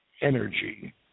energy